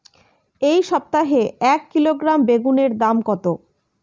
এই সপ্তাহে এক কিলোগ্রাম বেগুন এর দাম কত?